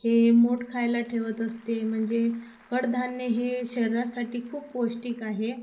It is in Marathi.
हे मोठ खायला ठेवत असते म्हणजे कडधान्य हे शरीरासाठी खूप पौष्टिक आहे